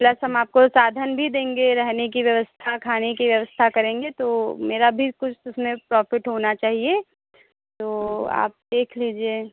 plus हम आपको साधन भी देंगे रहने की व्यवस्था खाने की व्यवस्था करेंगे तो मेरा भी कुछ उसमें प्रॉफ़िट होना चाहिए तो आप देख लीजिए